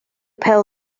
pêl